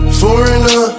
foreigner